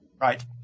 Right